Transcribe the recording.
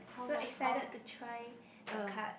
so excited the try the card